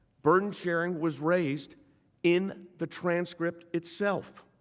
burden sharing was raised in the transcript itself.